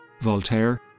Voltaire